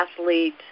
athlete